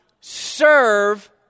serve